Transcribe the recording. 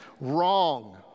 Wrong